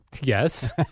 Yes